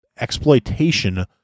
exploitation